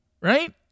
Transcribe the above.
right